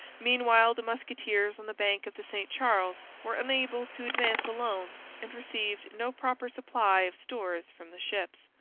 meanwhile the musketeers on the bank of the st charles were unable to advance alone and received no proper supply of stores from the ships.